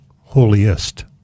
holiest